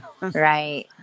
Right